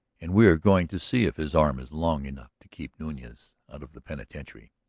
and we are going to see if his arm is long enough to keep nunez out of the penitentiary.